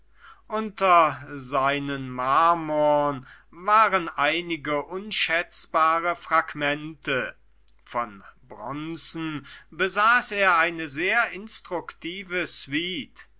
unter seinen marmorn waren einige unschätzbare fragmente von bronzen besaß er eine sehr instruktive